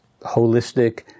holistic